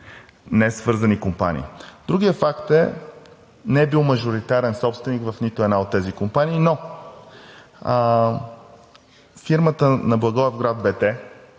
несвързани компании. Другият факт е – не е бил мажоритарен собственик в нито една от тези компании, но фирмата на Благоевград БТ е